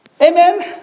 Amen